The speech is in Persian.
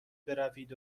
بروید